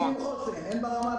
שמגלים חוסן ברמה הביטחונית.